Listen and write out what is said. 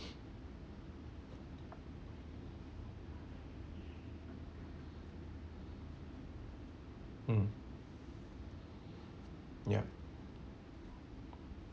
mm yup